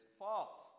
fault